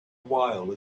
while